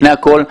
לפני הכול,